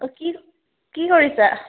অঁ কি কি কৰিছা